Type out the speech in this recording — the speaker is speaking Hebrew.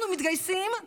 אנחנו מתגייסים,